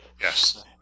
Yes